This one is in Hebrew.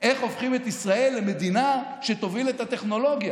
איך הופכים את ישראל למדינה שתוביל את הטכנולוגיה.